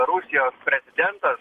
rusijos prezidentas